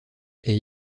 est